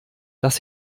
dass